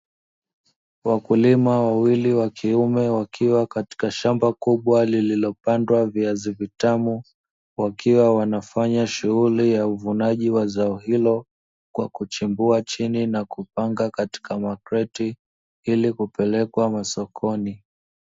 Wakulima wawili wakiume wakiwa katika shamba kubwa lililopandwa viazi vitamu, wakiwa wanafanya shughuli ya uvunaji wa zao hilo kwa kuchimbua chini na kupanga katika makreti ili kupelekwa masokoni.